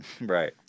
Right